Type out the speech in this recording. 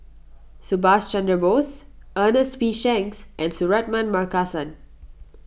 Subhas Chandra Bose Ernest P Shanks and Suratman Markasan